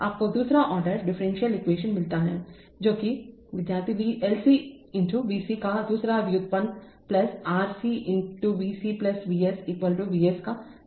आपको दूसरा order differential equation मिलता है जो कि विद्यार्थी L C × V C का दूसरा व्युत्पन्न RC × V C V C V S का समय व्युत्पन्न